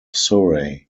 surrey